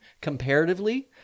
comparatively